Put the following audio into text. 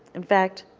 in fact,